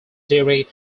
during